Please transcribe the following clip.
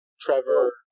Trevor